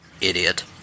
Idiot